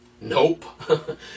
Nope